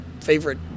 favorite